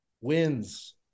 wins